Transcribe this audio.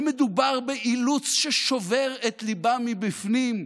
ומדובר באילוץ ששובר את ליבם מבפנים,